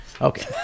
Okay